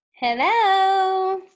Hello